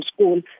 school